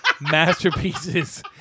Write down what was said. masterpieces